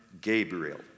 Gabriel